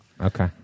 Okay